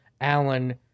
Allen